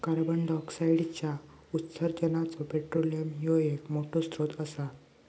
कार्बंडाईऑक्साईडच्या उत्सर्जानाचो पेट्रोलियम ह्यो एक मोठो स्त्रोत असा